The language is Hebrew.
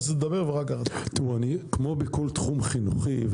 כמו בכל תחום חינוכי,